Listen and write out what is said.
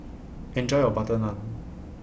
Enjoy your Butter Naan